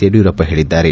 ಯಡಿಯೂರಪ್ಪ ಹೇಳಿದ್ದಾರೆ